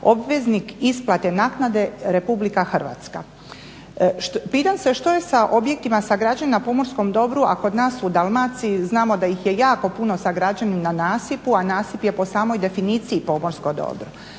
obveznik isplate naknade RH. Pitam se što je sa objektima sagrađenima na pomorskom dobru a kod nas u Dalmaciji znamo da ih je jako puno sagrađeno na nasipu a nasip je po samoj definiciji pomorsko dobro.